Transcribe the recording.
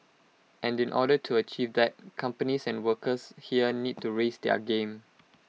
and in order to achieve that companies and workers here need to raise their game